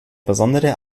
besondere